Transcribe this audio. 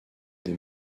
des